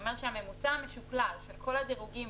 אומר שהממוצע המשוקלל של כל הדירוגים